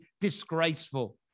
disgraceful